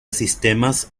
sistemas